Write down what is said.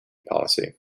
policy